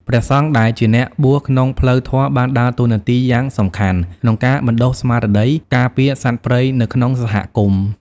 ព្រះសង្ឃដែលជាអ្នកបួសក្នុងផ្លូវធម៌បានដើរតួនាទីយ៉ាងសំខាន់ក្នុងការបណ្តុះស្មារតីការពារសត្វព្រៃនៅក្នុងសហគមន៍។